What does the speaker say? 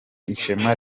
ishema